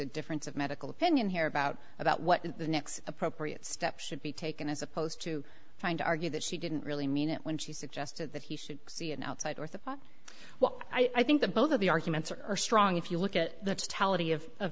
a difference of medical opinion here about about what the next appropriate step should be taken as opposed to trying to argue that she didn't really mean it when she suggested that he should see an outside orthopod well i think that both of the arguments are strong if you look at the